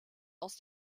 aus